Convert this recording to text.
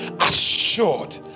assured